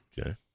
Okay